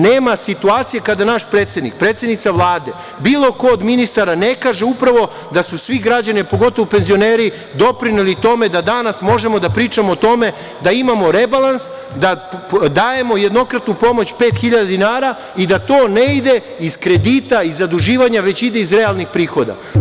Nema situacije kada naš predsednik, predsednica Vlade, bilo ko od ministara ne kaže upravo da su svi građani, a pogotovo penzioneri doprineli tome da danas možemo da pričamo o tome da imamo rebalans, da dajemo jednokratnu pomoć 5.000,00 dinara i da to ne ide iz kredita i zaduživanja, već ide iz realnih prihoda.